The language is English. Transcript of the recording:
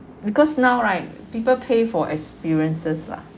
because now right people pay for experiences lah